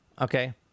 okay